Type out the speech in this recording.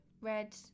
red